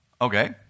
Okay